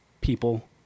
people